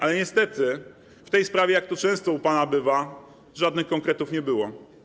Ale niestety w tej sprawie, jak to często u pana bywa, żadnych konkretów nie było.